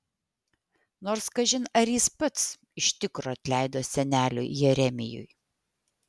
nors kažin ar jis pats iš tikro atleido seneliui jeremijui